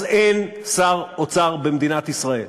אז אין שר אוצר במדינת ישראל.